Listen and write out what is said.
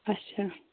اَچھا